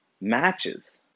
matches